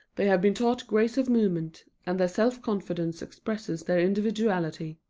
they have been taught grace of movement, and their self-confidence expresses their individuality.